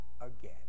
again